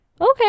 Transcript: okay